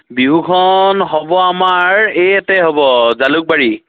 বিহুখন হ'ব আমাৰ এই ইয়াতে হ'ব জালুকবাৰী